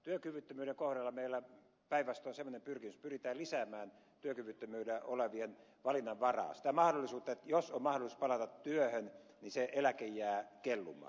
työkyvyttömyyden kohdalla meillä on päinvastoin semmoinen pyrkimys että pyritään lisäämään työkyvyttömyydellä olevien valinnanvaraa sitä mahdollisuutta että jos on mahdollisuus palata työhön niin se eläke jää kellumaan